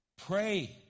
Pray